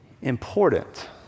important